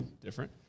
different